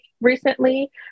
recently